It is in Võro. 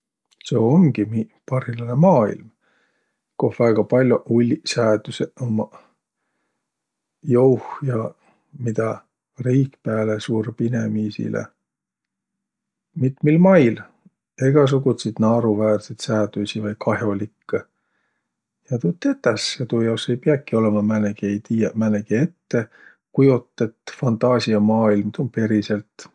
Seo umgi miiq parhillanõ maailm, koh väega pall'oq ulliq säädüseq ummaq jouh ja midä riik pääle surb inemiisile. Mitmil mail, egäsugutsit naaruväärsit säädüisi, vai kah'olikkõ. Ja tuud tetäs ja tuu jaos ei piäki olõma määnegi ei tiiäq määnegi ettekujotõt fantaasiamaailm, tuu um periselt.